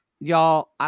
y'all